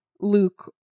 Luke